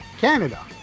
Canada